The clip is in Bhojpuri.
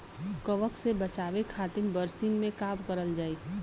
कवक से बचावे खातिन बरसीन मे का करल जाई?